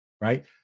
right